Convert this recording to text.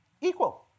equal